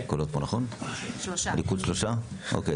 רוויזיה.